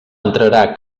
entrarà